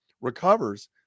recovers